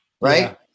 right